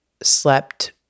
slept